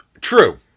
True